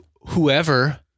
whoever